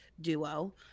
duo